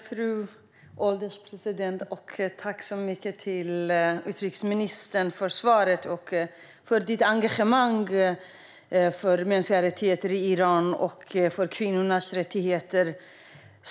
Fru ålderspresident! Tack för svaret, utrikesministern, och tack för ditt engagemang för mänskliga rättigheter och kvinnors rättigheter i Iran!